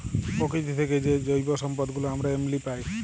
পকিতি থ্যাইকে যে জৈব সম্পদ গুলা আমরা এমলি পায়